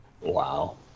Wow